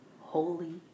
holy